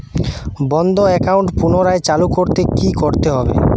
বন্ধ একাউন্ট পুনরায় চালু করতে কি করতে হবে?